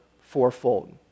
fourfold